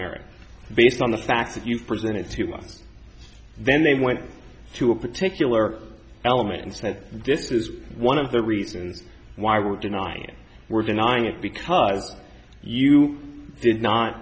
merit based on the fact that you presented to us then they went to a particular element and said this is one of the reasons why we're denying we're denying it because you did not